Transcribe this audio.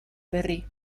berri